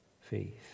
faith